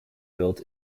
built